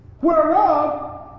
whereof